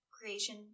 creation